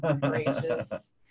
Gracious